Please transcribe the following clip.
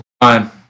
Fine